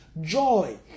joy